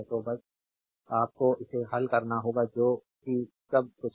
तो बस आपको इसे हल करना होगा जो कि सब कुछ है